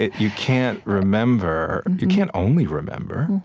you can't remember you can't only remember.